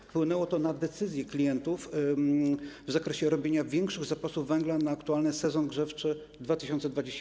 Wpłynęło to na decyzje klientów w zakresie robienia większych zapasów węgla na aktualny sezon grzewczy, 2021/2022.